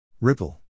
Ripple